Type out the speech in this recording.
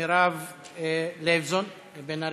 מירב לייבזון בן ארי,